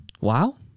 Wow